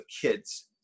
kids